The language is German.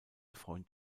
freund